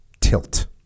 Tilt